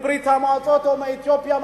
מברית-המועצות או מאתיופיה,